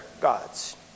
gods